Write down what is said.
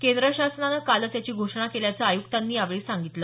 केंद्र शासनाने कालच याची घोषणा केल्याचं आयुक्तांनी यावेळी सांगितलं